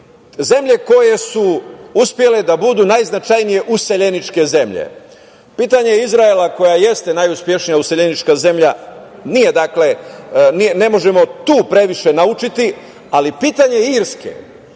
Zemlje koje su uspele da budu najznačajnije useljeničke zemlje. Pitanje Izraela koja jeste najuspešnija useljenička zemlja. Ne možemo tu previše naučiti, ali pitanje Irske,